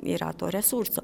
yra to resurso